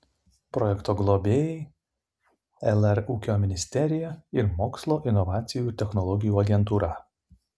projekto globėjai lr ūkio ministerija ir mokslo inovacijų ir technologijų agentūra